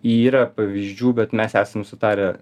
yra pavyzdžių bet mes esam sutarę